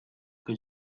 que